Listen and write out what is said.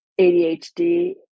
ADHD